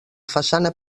façana